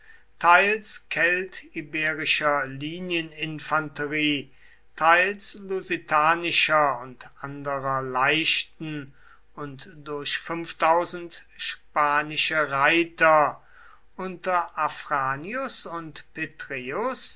teils keltiberischer linieninfanterie teils lusitanischer und anderer leichten und durch spanische reiter unter afranius und petreius